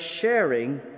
sharing